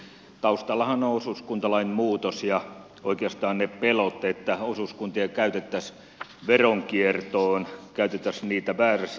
taustallahan on osuuskuntalain muutos ja oikeastaan ne pelot että osuuskuntia käytettäisiin veronkiertoon käytettäisiin niitä väärässä tarkoituksessa